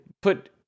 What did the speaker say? put